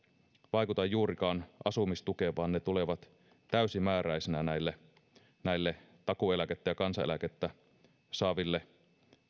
vaikuta juurikaan asumistukeen vaan ne tulevat täysimääräisinä näille näille takuueläkettä ja kansaneläkettä saaville